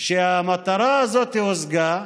כשהמטרה הזו הושגה,